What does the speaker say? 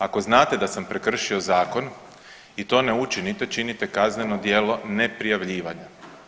Ako znate da sam prekršio zakon i to ne učinite činite kazneno djelo neprijavljivanja.